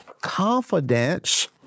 Confidence